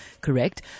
correct